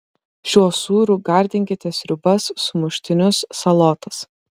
šiuo sūriu gardinkite sriubas sumuštinius salotas